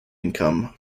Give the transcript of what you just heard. income